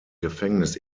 gefängnis